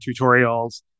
tutorials